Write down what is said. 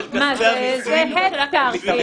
של כספי המיסים בשביל לשרוד?